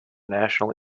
national